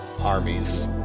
armies